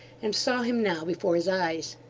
and saw him now before his eyes.